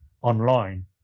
online